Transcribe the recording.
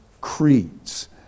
creeds